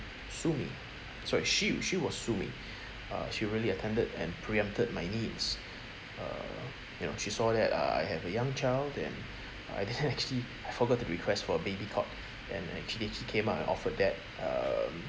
sumi sorry she she was sumi uh she really attended and preempted my needs uh you know she saw that uh I have a young child and I didn't actually I forgot to request for a baby cot and actually she came up and offered that err